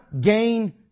gain